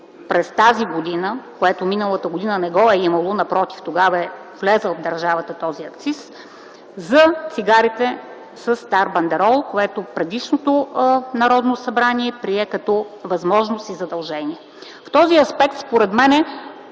през тази година, което миналата година не го е имало, напротив – тогава е влязъл в държавата този акциз за цигарите със стар бандерол, което предишното Народно събрание прие като възможност и задължение. В този аспект според мен